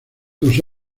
tus